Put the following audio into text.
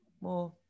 more